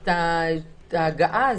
את הגעה הזו.